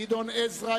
גדעון עזרא,